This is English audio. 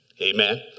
Amen